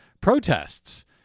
protests